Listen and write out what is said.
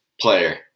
player